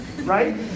Right